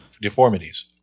deformities